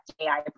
AI